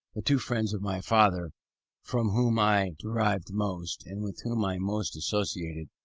the two friends of my father from whom i derived most, and with whom i most associated,